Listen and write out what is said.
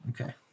Okay